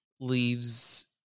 leaves